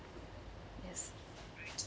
yes